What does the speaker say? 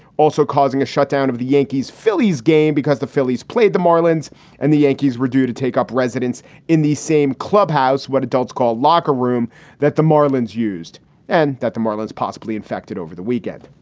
also causing a shutdown of the yankees phillies game because the phillies played the marlins and the yankees were due to take up residence in the same clubhouse, what adults call locker room that the marlins used and that the marlins possibly infected over the weekend.